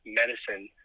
medicine